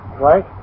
right